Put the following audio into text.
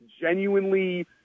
genuinely